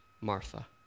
Martha